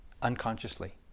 unconsciously